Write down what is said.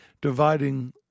dividing